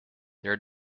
their